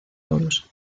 horus